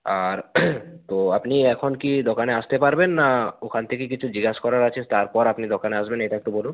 আর তো আপনি এখন কি দোকানে আসতে পারবেন না ওখান থেকে কিছু জিগ্যেস করার আছে তারপর আপনি দোকানে আসবেন এটা একটু বলুন